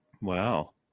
Wow